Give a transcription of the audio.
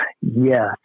Yes